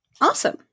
Awesome